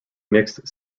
mixed